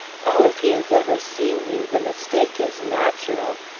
oh, if he has ever seen you, the mistake is natural!